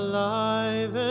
Alive